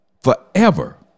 forever